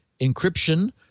encryption